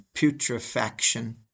putrefaction